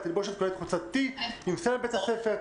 התלבושת כוללת חולצת טי עם סמל בית הספר.